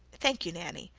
thank you, nanny.